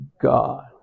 god